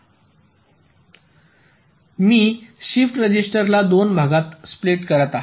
मी shift रजिस्टरला दोन भागात स्प्लिट करीत आहे